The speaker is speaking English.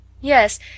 Yes